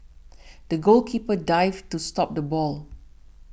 the goalkeeper dived to stop the ball